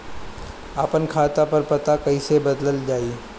आपन खाता पर पता कईसे बदलल जाई?